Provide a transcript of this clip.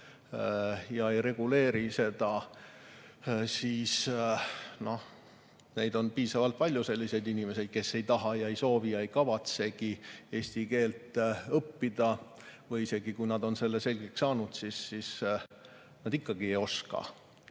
ja ei reguleeri seda, siis on piisavalt palju selliseid inimesi, kes ei taha ja ei kavatsegi eesti keelt õppida. Või isegi kui nad on selle selgeks saanud, siis nad ikkagi "ei oska".